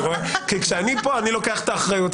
כי כשאני פה אני לוקח את האחריות,